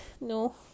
No